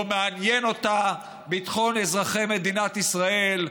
לא מעניין אותה ביטחון אזרחי מדינת ישראל,